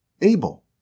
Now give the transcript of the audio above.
Abel